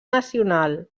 nacional